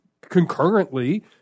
concurrently